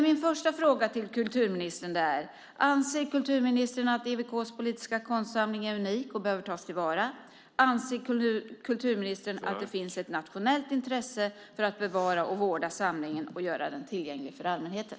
Mina frågor till kulturministern är: Anser kulturministern att EWK:s politiska konstsamling är unik och bör tas till vara? Anser kulturministern att det finns ett nationellt intresse av att bevara och vårda samlingen och göra den tillgänglig för allmänheten?